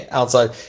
outside